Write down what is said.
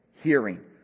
hearing